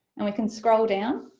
and we can scroll down,